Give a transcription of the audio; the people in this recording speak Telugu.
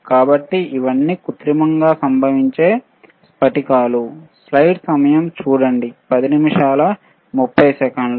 కాబట్టి ఇవన్నీ కృత్రిమంగా సంభవించే స్ఫటికాలు